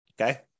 okay